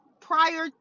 prior